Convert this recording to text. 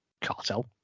cartel